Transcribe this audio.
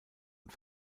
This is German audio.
und